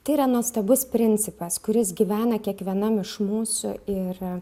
tai yra nuostabus principas kuris gyvena kiekvienam iš mūsų ir